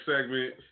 segment